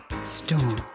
Storm